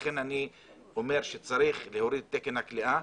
לכן אני אומר שצריך להוריד את תקן הכליאה,